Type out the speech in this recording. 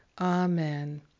Amen